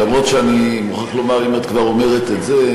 למרות שאם את כבר אומרת את זה,